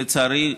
לצערי,